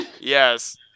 Yes